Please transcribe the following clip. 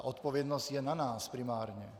Odpovědnost je na nás, primárně.